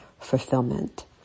fulfillment